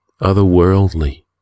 otherworldly